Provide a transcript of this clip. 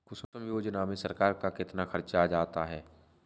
कुसुम योजना में सरकार का कितना खर्चा आ जाता होगा